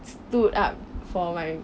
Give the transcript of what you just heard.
stood up for my